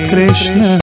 Krishna